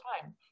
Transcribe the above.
time